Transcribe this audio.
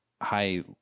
high